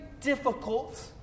difficult